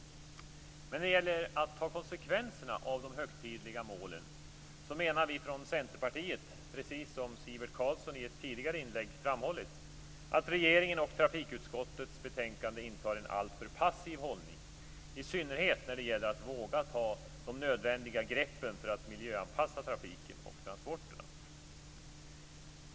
När det gäller att ta konsekvenserna av de högtidliga målen menar dock vi från Centerpartiet, precis som Sivert Carlsson i ett tidigare inlägg framhållit, att såväl regeringen som trafikutskottet i sitt betänkande intar en alltför passiv hållning, i synnerhet när det gäller att våga ta de nödvändiga greppen för att miljöanpassa trafiken och transporterna.